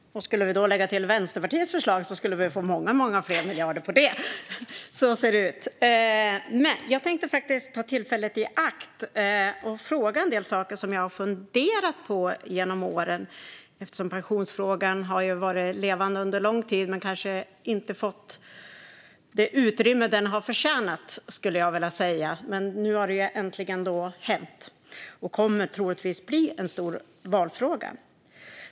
Fru talman! Skulle vi lägga till Vänsterpartiets förslag skulle vi få många fler miljarder på det. Så ser det ut. Jag tänkte ta tillfället i akt och fråga om en del saker som jag funderat på genom åren. Pensionsfrågan har ju varit levande under lång tid, men jag skulle vilja säga att den inte fått det utrymme den förtjänar. Nu har det äntligen hänt, och pensionsfrågan kommer troligtvis att bli en stor valfråga.